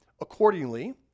Accordingly